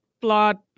plot